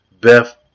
Beth